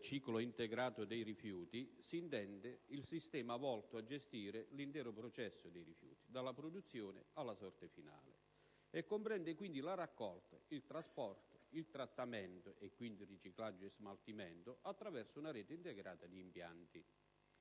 ciclo integrato dei rifiuti, si intende il sistema volto a gestire l'intero processo dei rifiuti, dalla produzione alla sorte finale, e comprende la raccolta, il trasporto, il trattamento e, quindi, il riciclaggio e lo smaltimento attraverso una rete integrata di impianti.